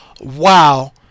wow